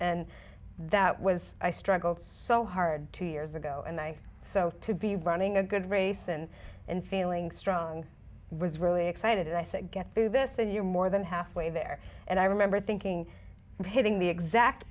and that was i struggled so hard to years ago and i so to be running a good race and in feeling strong was really excited and i said get through this and you more than halfway there and i remember thinking hitting the exact